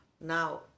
now